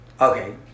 Okay